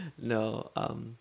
no